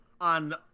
on